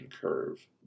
curve